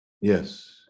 yes